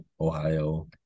Ohio